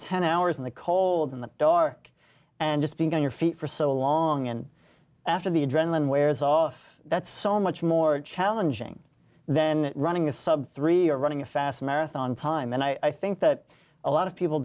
ten hours in the cold in the dark and just being on your feet for so long and after the adrenaline wears off that's so much more challenging then running a sub three or running a fast marathon time and i think that a lot of people